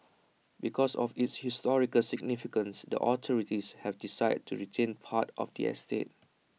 because of its historical significance the authorities have decided to retain parts of the estate